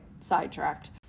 sidetracked